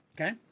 Okay